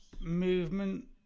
movement